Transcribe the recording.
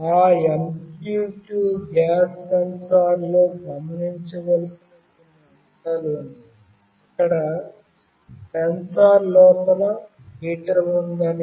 ఆ MQ2 gas సెన్సార్లో గమనించవలసిన కొన్ని అంశాలు ఉన్నాయి అక్కడ సెన్సార్ లోపల హీటర్ ఉందని